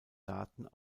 daten